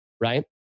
Right